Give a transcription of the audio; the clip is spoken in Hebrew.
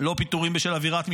לא פיטורים בשל אווירת משמעת.